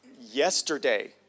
yesterday